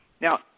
Now